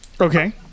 Okay